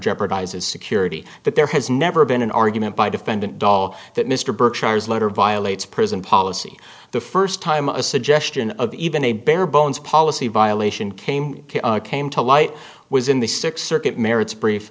jeopardizes security that there has never been an argument by defendant dall that mr berkshire's letter violates prison policy the first time a suggestion of even a barebones policy violation came came to light was in the six circuit merits brief